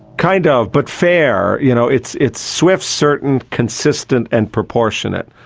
kind of, but fair. you know it's it's swift, certain, consistent and proportionate.